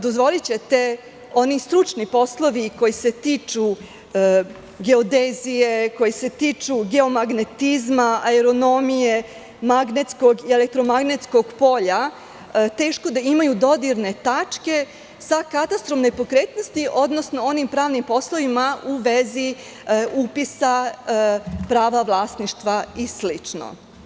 Dozvolićete, oni stručni poslovi koji se tiču geodezije, koji se tiču geomagnetizma, aeronomije, magnetskog i elektromagnetskog polja, teško da imaju dodirne tačke sa katastrom nepokretnosti, odnosno onim pravnim poslovima u vezi upisa prava vlasništva i slično.